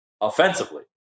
offensively